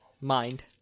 Mind